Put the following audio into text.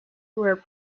were